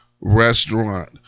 Restaurant